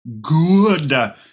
good